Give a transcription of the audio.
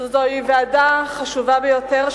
שזאת היתה ועדה חשובה ביותר,